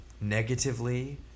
negatively